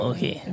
Okay